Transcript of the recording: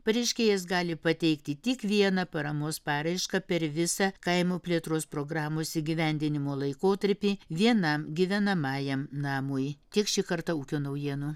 pareiškėjas gali pateikti tik vieną paramos paraišką per visą kaimo plėtros programos įgyvendinimo laikotarpį vienam gyvenamajam namui tiek šį kartą ūkio naujienų